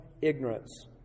ignorance